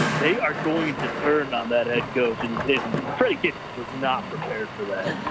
they are going to turn on that head coach and did pretty kitchens was not prepared for that.